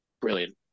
brilliant